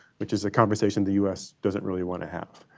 which is a conversation the us doesn't really want to have.